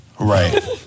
right